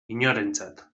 inorentzat